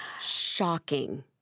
shocking